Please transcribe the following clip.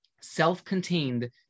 self-contained